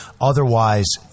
otherwise